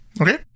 Okay